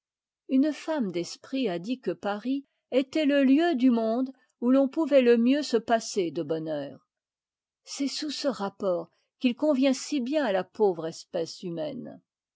une femme d'esprit a dit que paris était le em du mom e où l'on pouvait le mieux se passer de bonheur i c'est sous ce rapport qu'il convient si bien à ta pauvre espèce humaine